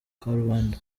karubanda